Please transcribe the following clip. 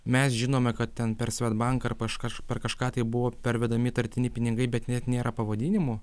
mes žinome kad ten per svedbank ar par kažkaž kažką tai buvo pervedami įtartini pinigai bet net nėra pavadinimų